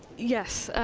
yes,